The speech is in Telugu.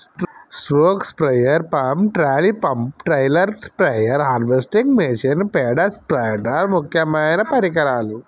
stroke sprayer pump, trolley pump, trailer spare, harvesting machine, పేడ స్పైడర్ ముక్యమైన పరికరాలు